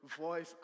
voice